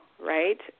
right